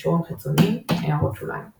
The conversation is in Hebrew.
קישורים חיצוניים == הערות שוליים ==